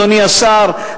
אדוני השר,